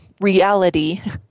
reality